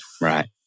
Right